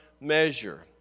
measure